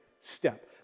step